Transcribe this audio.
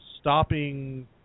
stopping